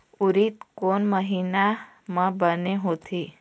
उरीद कोन महीना म बने होथे?